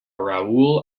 raoul